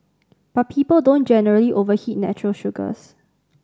but people don't generally oveheat natural sugars